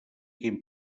quin